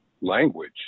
language